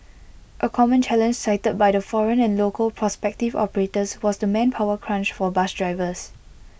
A common challenge cited by the foreign and local prospective operators was the manpower crunch for bus drivers